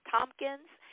Tompkins